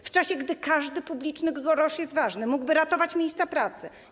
W czasie, gdy każdy publiczny grosz jest ważny, mógłby ratować miejsca pracy.